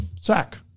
sack